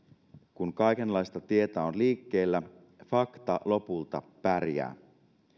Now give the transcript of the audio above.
kun kaikenlaista tietoa on liikkeellä fakta lopulta pärjää